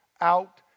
out